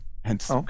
hence